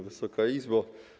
Wysoka Izbo!